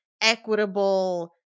equitable